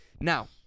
Now